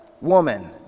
woman